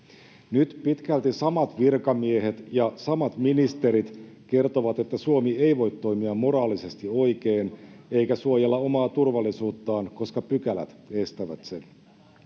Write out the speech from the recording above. Nyt pitkälti samat virkamiehet ja samat ministerit kertovat, että Suomi ei voi toimia moraalisesti oikein eikä suojella omaa turvallisuuttaan, koska pykälät estävät sen.